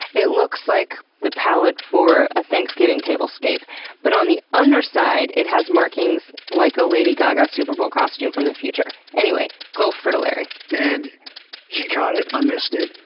it looks like the pallet for a thanksgiving tablescape but on the underside, it has markings like a lady gaga superbowl costume from the future. anyway, gulf frittilary. and he caught it, i ah missed it,